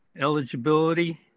eligibility